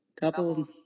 couple